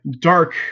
dark